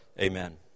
Amen